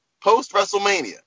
post-WrestleMania